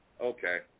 okay